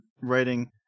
writing